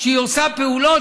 שהיא עושה פעולות,